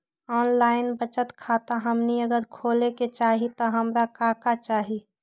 Online बचत खाता हमनी अगर खोले के चाहि त हमरा का का चाहि?